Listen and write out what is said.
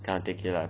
kind of take care lah